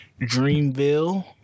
Dreamville